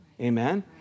Amen